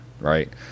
right